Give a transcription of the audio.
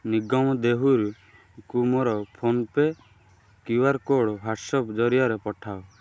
ନିଗମ ଦେହୁରୀଙ୍କୁ ମୋର PhonePe Q R code WhatsApp ଜରିଆରେ ପଠାଅ